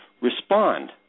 respond